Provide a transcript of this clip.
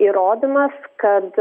įrodymas kad